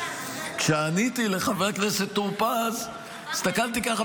כשעניתי לחבר הכנסת טור פז הסתכלתי ככה